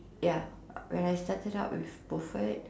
ya when I started out with buffet